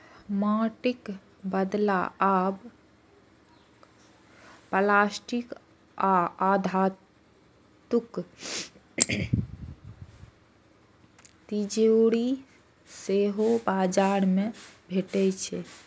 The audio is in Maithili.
माटिक बदला आब प्लास्टिक आ धातुक तिजौरी सेहो बाजार मे भेटै छै